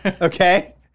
Okay